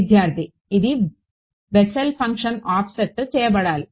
విద్యార్థి ఇది బెస్సెల్ ఫంక్షన్లో ఆఫ్సెట్ చేయబడాలి